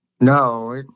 No